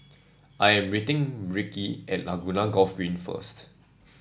I am meeting Ricki at Laguna Golf Green first